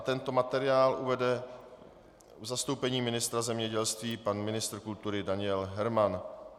Tento materiál uvede v zastoupení ministra zemědělství pan ministr kultury Daniel Herman.